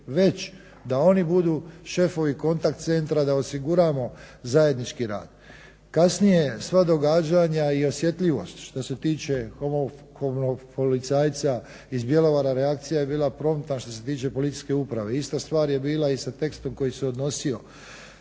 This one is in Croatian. već da oni budu šefovi kontakt centra, da osiguramo zajednički rad. Kasnije sva događanja i osjetljivost što se tiče homofobnog policajca iz Bjelovara reakcija je bila promptna što se tiče policijske uprave. Ista stvar je bila i sa tekstom koji se odnosio